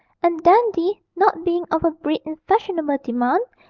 and dandy, not being of a breed in fashionable demand,